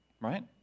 right